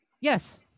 Yes